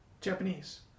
Japanese